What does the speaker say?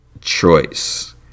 choice